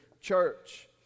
church